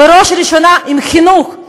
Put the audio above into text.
בראש ובראשונה בחינוך,